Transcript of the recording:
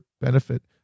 benefit